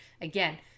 again